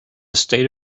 state